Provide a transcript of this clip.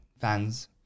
fans